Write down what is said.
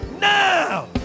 now